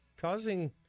causing